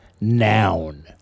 noun